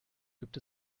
gibt